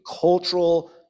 cultural